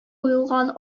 куелган